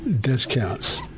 discounts